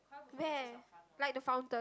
then like the fountain